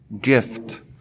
gift